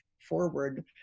forward